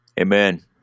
amen